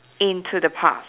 into the past